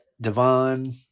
Devon